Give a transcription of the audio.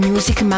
Music